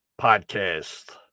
Podcast